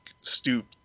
stoop